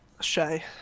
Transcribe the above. Shay